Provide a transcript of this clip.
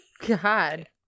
God